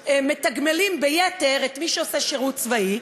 מתגמלים ביתר את מי שעושה שירות צבאי,